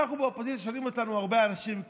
באופוזיציה הרבה אנשים שואלים אותנו,